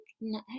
No